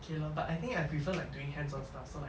okay lor but I think I prefer like doing hands on stuff like